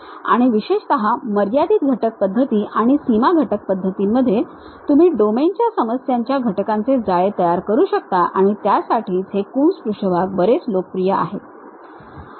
आणि विशेषत मर्यादित घटक पद्धती आणि सीमा घटक पद्धतींमध्ये तुम्ही डोमेनच्या समस्यांच्या घटकांचे जाळे तयार करू शकता आणि त्यासाठीच हे कून्स पृष्ठभाग बरेच लोकप्रिय आहेत